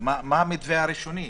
מה המתווה הראשוני?